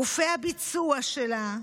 גופי הביצוע שלה,